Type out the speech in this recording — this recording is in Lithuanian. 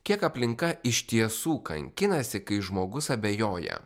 kiek aplinka iš tiesų kankinasi kai žmogus abejoja